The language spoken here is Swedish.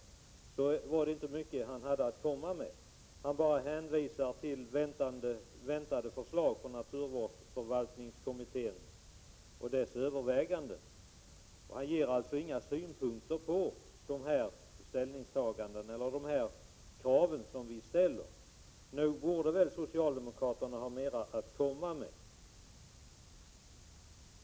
Han hänvisar bara till väntade förslag och överväganden från naturvårdsförvaltningskommittén. Han ger alltså inga synpunkter på kraven som vi ställer. Nog borde väl socialdemokraterna ha mera att komma med?